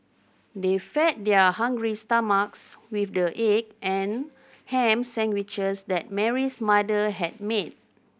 they fed their hungry stomachs with the egg and ham sandwiches that Mary's mother had made